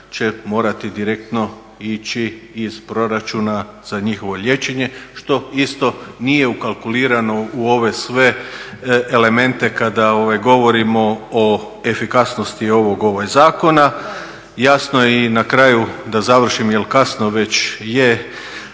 morati direktno ići iz proračuna za njihovo liječenje što isto nije ukalkulirano u ove sve elemente kada govorimo o efikasnosti ovoga zakona. Jasno i na kraju i da završim jel kasno već je